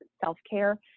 self-care